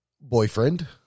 boyfriend